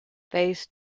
phase